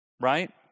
right